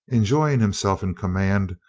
enjoying himself in com mand,